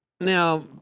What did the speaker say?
Now